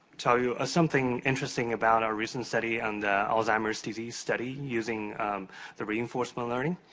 tell you something interesting about our recent study on the alzheimer's disease study using the reinforceable learning.